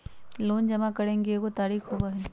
Loan जमा करेंगे एगो तारीक होबहई?